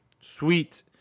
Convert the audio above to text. Sweet